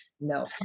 No